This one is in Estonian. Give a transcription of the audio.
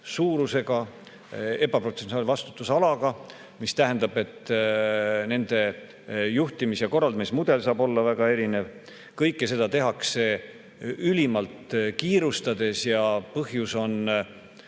suurusega, ebaproportsionaalse vastutusalaga, mis tähendab, et nende juhtimise ja korraldamise mudel saab olla väga erinev. Kõike seda tehakse ülimalt kiirustades. Põhjus on